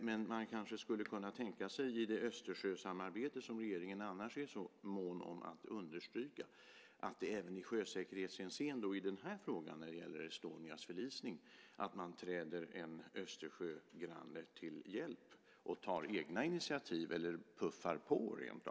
Men man skulle kanske kunna tänka sig att i det Östersjösamarbete som regeringen annars är så mån om att understryka även i sjösäkerhetshänseende och i den här frågan när det gäller Estonias förlisning träda en Östersjögranne till hjälp och ta egna initiativ eller rentav puffa på.